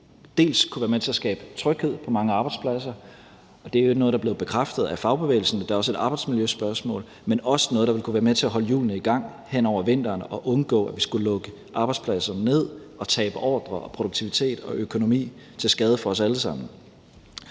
med til at skabe tryghed på mange arbejdspladser – det er i øvrigt noget, der er blevet bekræftet af fagbevægelsen, men der er også et arbejdsmiljøspørgsmål – dels ville være noget, der kunne være med til at holde hjulene i gang hen over vinteren, så vi undgår at skulle lukke arbejdspladser ned og tabe ordrer, produktivitet og økonomi, som ville være til skade for os alle sammen.